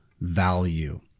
value